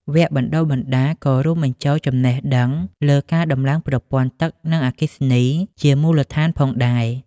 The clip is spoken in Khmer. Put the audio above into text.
វគ្គបណ្តុះបណ្តាលក៏រួមបញ្ចូលចំណេះដឹងលើការដំឡើងប្រព័ន្ធទឹកនិងអគ្គិសនីជាមូលដ្ឋានផងដែរ។